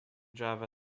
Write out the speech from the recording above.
java